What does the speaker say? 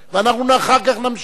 ואנחנו אחר כך נמשיך.